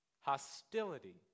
hostility